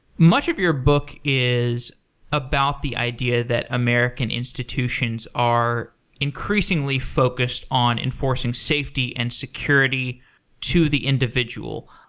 much of your book is about the idea that american institutions are increasingly focused on enforcing safety and security to the individual,